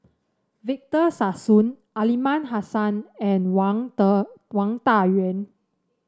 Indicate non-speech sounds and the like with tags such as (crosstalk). Victor Sassoon Aliman Hassan and Wang (unintelligible) Wang Dayuan